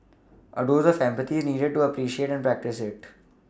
a dose of empathy is needed to appreciate and practice it